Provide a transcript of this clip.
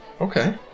Okay